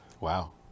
Wow